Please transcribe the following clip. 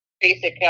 basic